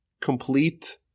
complete